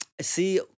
See